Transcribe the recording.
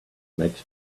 makes